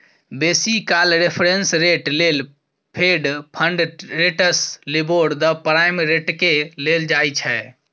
बेसी काल reference rate लेल fed fund rates, LIBOR, the prime रेटकेँ लेल जाइ छै